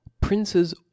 Princes